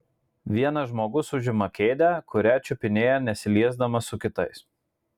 vienas žmogus užima vieną kėdę kurią čiupinėja nesiliesdamas su kitais